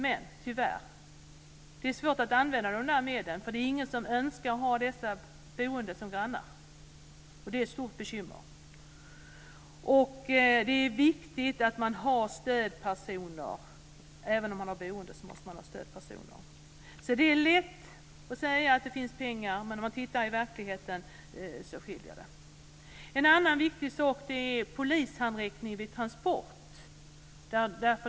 Men tyvärr är det svårt att använda de medlen, eftersom ingen önskar att ha dessa personer boende som grannar. Det är ett stort bekymmer. Det är viktigt att man har stödpersoner. Även om de som har ett boende måste ha stödpersoner. Det är lätt att säga att det finns pengar, men ser man på verkligheten skiljer det sig. En annan viktig sak är polishandräckning vid transport.